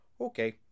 okay